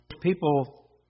people